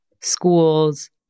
Schools